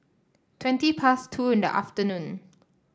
twenty past two in the afternoon